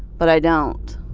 but i don't.